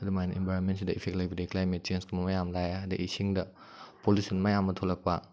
ꯑꯗꯨꯝꯃꯥꯏꯅ ꯏꯟꯚꯥꯏꯔꯣꯟꯃꯦꯟꯁꯤꯗ ꯏꯐꯦꯛ ꯂꯩꯕꯗꯒꯤ ꯀ꯭ꯂꯥꯏꯃꯦꯠ ꯆꯦꯟꯁꯀꯨꯝꯕ ꯃꯌꯥꯝ ꯑꯃ ꯂꯥꯛꯑꯦ ꯑꯗꯨꯗꯩ ꯏꯁꯤꯡꯗ ꯄꯣꯂꯨꯁꯟ ꯃꯌꯥꯝ ꯑꯃ ꯊꯣꯛꯂꯛꯄ